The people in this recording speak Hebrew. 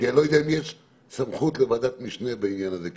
כי אני לא יודע אם יש סמכות לוועדת משנה בעניין הזה.